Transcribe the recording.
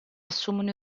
assumono